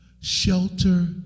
shelter